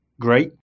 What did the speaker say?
great